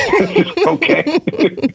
okay